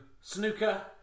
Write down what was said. Snooker